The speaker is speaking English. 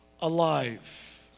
alive